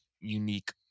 unique